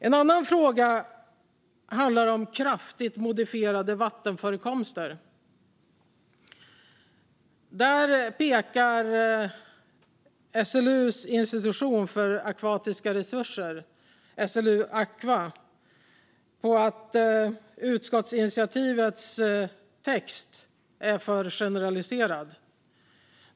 En annan fråga handlar om kraftigt modifierade vattenförekomster. Där pekar SLU:s institution för akvatiska resurser, SLU Aqua, på att utskottsinitiativets text är för generaliserad.